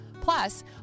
Plus